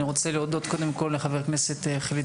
אני רוצה להודות קודם כל לחבר הכנסת חילי